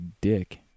dick